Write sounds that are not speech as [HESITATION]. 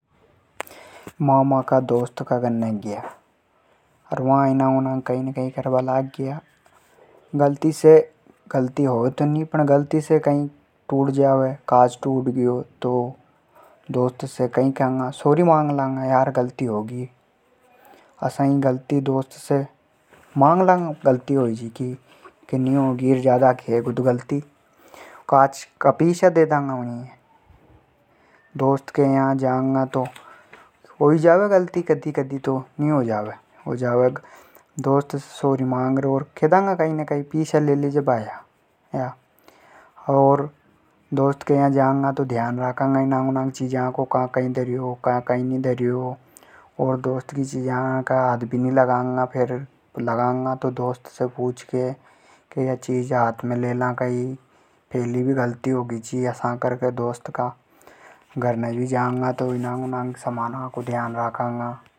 मा माका दोस्त का घर ने ग्या। अर वा इनंग उनंग कई करबा लाग्गया। गलती से गलती होवे तो नी पण गलती से कई टूट जावे। कांच टूट ग्यो। दोस्त से कई केंगा। माफी मांग लेंगा। यार गलती होगी। [HESITATION] कई केगो तो पैसा दे देंगा। दोस्त के या जावे तो हो ही जावे गलती कदी कदी। माफी मांग लेंगा। अर के देंगा के पिसा ले लीजे भाया। अर दोस्त के या जांगा तो ध्यान राखांगा चीजा को। का कई धरयो। कई नी धरयो। फेर हाथ भी नी लगांगा दोस्त की चीजा के। लगांगा तो दोस्त से पूछ के। फैली भी गलती होगी ची। असा कर के दोस्त के या जांगा तो ध्यान राखांगा।